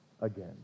again